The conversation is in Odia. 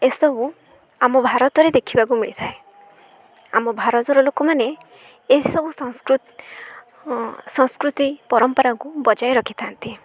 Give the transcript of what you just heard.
ଏସବୁ ଆମ ଭାରତରେ ଦେଖିବାକୁ ମିଳିଥାଏ ଆମ ଭାରତର ଲୋକମାନେ ଏସବୁ ସଂସ୍କୃତି ପରମ୍ପରାକୁ ବଜାୟ ରଖିଥାନ୍ତି